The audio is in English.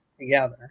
together